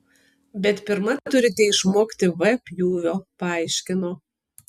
bet pirma turite išmokti v pjūvio paaiškino